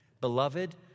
Beloved